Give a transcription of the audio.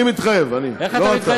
אני מתחייב.